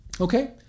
Okay